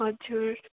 हजुर